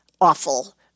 awful